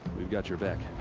we've got your back.